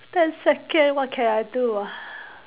ten second what can I do ah